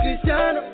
Cristiano